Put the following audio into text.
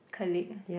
colleague